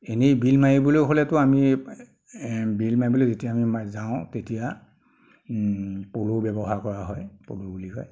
এনেই বিল মাৰিবলৈ হ'লেতো আমি বিল মাৰিবলৈ যেতিয়া আমি যাওঁ তেতিয়া পল' ব্যৱহাৰ কৰা হয় পল' বুলি কয়